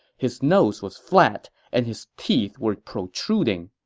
his nose was flat, and his teeth were protruding.